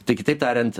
tai kitaip tariant